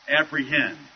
Apprehend